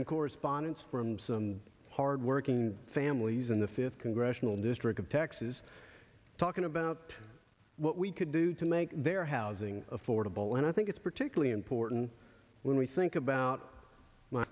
some correspondence from some hardworking families in the fifth congressional district of texas talking about what we could do to make their housing affordable and i think it's particularly important when we think about my